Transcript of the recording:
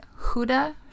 Huda